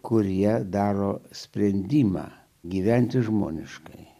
kurie daro sprendimą gyventi žmoniškai